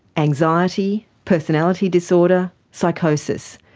anxiety, personality disorder, psychosis.